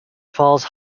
falls